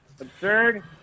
absurd